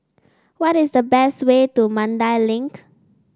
what is the best way to Mandai Link